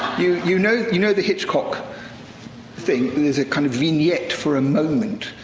you, you know, you know, the hitchcock thing, there's a kind of vignette for a moment,